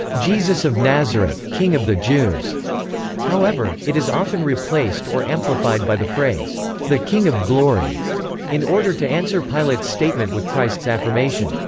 jesus of nazareth, king of the jews however, it is often replaced or amplified by the phrase the king of glory in order to answer pilate's statement with christ's affirmation,